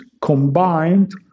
combined